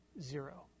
zero